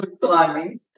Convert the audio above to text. climbing